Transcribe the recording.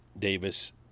Davis